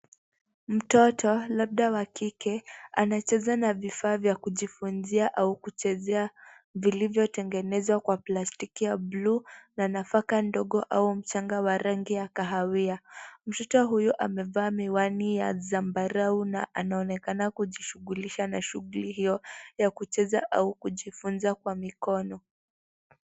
Mtoto, labda wa kike, anacheza na vifaa vya kujifunzia au kuchezea vilivyotengenezwa kwa plastiki ya bluu na nafaka ndogo au mchanga wa rangi ya kahawia. Mtoto huyu amevaa miwani ya zambarau na anaonekana kujishughulisha na shughuli hiyo ya kucheza au kujifunza kwa mikono.